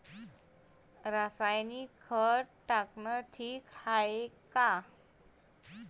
रासायनिक खत टाकनं ठीक हाये का?